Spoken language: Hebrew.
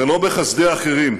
ולא בחסדי אחרים.